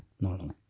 normally